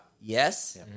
Yes